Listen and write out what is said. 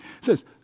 Says